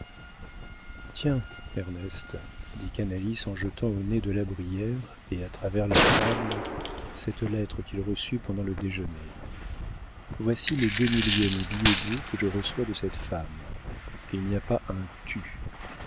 tiens ernest dit canalis en jetant au nez de la brière et à travers la table cette lettre qu'il reçut pendant le déjeuner voici le deux millième billet doux que je reçois de cette femme et il n'y a pas un tu